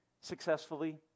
successfully